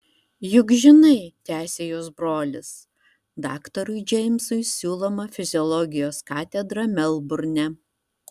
juk žinai tęsė jos brolis daktarui džeimsui siūloma fiziologijos katedra melburne